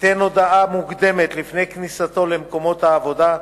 ייתן הודעה מוקדמת לפני כניסתו למקומות עבודה.